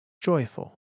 joyful